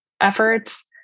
efforts